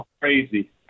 Crazy